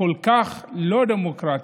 כל כך לא דמוקרטיות,